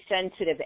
sensitive